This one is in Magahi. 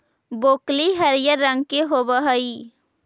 ब्रोकली हरियर रंग के होब हई